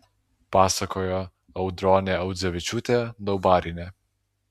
pasakojo audronė audzevičiūtė daubarienė